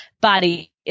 body